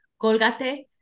colgate